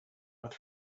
earth